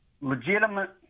legitimate